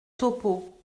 topeau